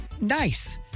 nice